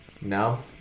No